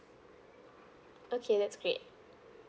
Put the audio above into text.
okay that's great